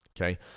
okay